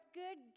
good